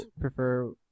prefer